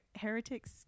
heretics